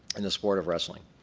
in the sport of wrestling.